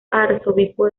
arzobispo